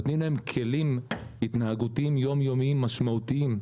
נותנים להם כלים התנהגותיים יום יומיים משמעותיים,